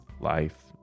life